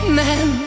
men